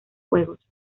juegos